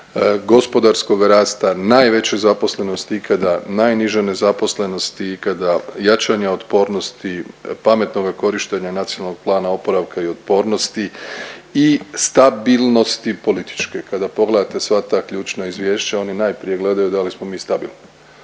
gospodarskoga rasta, najveće zaposlenosti ikada, najniže nezaposlenosti ikada, jačanja otpornosti, pametnoga korištenja NPOO-a i stabilnosti političke. Kada pogledate sva ta ključna izvješća oni najprije gledaju da li smo mi stabilni,